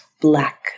black